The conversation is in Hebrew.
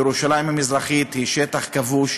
ירושלים המזרחית היא שטח כבוש,